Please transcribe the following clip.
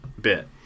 bit